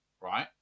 right